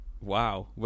Wow